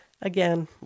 Again